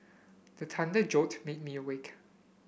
the thunder jolt with me awake